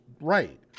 right